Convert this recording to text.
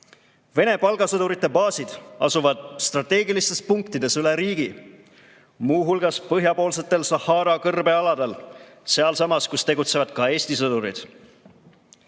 Vene palgasõdurite baasid asuvad strateegilistes punktides üle riigi, muu hulgas põhjapoolsetel Sahara kõrbe aladel, sealsamas, kus tegutsevad ka Eesti sõdurid.